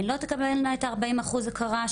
הן לא תקבלנה את ה-40 אחוז הכרה,